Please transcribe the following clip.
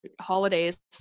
holidays